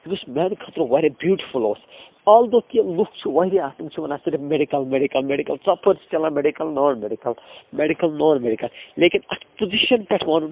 یُس میٛانہِ خٲطرٕ واریاہ بیوٗٹِفُل اوس آلدھو کہِ لُکھ چھِ واریاہ تِم چھِ وَنان صِرف مٮ۪ڈِکَل مٮ۪ڈِکَل مٮ۪ڈِکَل ژۄپٲرۍ چھِ چَلان medical non medical medical non medical لیکِن اَتھ پُزِشَن پٮ۪ٹھ وَنُن